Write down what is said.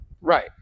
Right